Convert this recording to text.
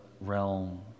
realm